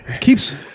Keeps